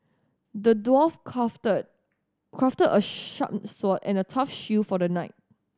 the dwarf crafted crafted a sharp sword and a tough shield for the knight